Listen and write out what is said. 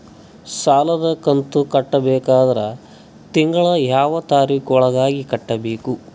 ಸಾಲದ ಕಂತು ಕಟ್ಟಬೇಕಾದರ ತಿಂಗಳದ ಯಾವ ತಾರೀಖ ಒಳಗಾಗಿ ಕಟ್ಟಬೇಕು?